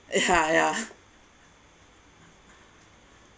yeah yeah